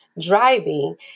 driving